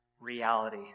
reality